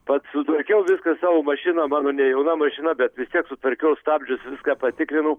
pats sutvarkiau viską savo mašiną mano ne jauna mašina bet vis tiek sutvarkiau stabdžius viską patikrinau